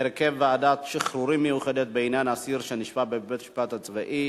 (הרכב ועדת שחרורים מיוחדת בעניין אסיר שנשפט בבית-משפט צבאי),